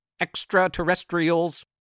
extraterrestrials